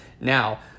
now